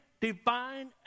divine